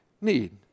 need